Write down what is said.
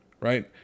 right